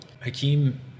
Hakeem